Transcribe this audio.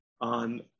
on